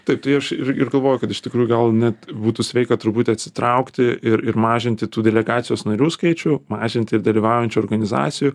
taip tai aš ir ir galvoju kad iš tikrųjų gal net būtų sveika truputį atsitraukti ir ir mažinti tų delegacijos narių skaičių mažinti dalyvaujančių organizacijų